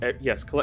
yes